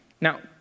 Now